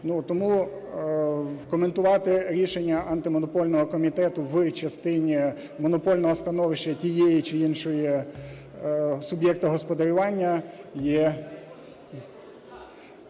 тому коментувати рішення Антимонопольного комітету в частині монопольного становища тієї чи іншої… суб'єкта господарювання є,